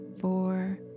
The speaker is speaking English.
four